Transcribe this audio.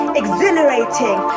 exhilarating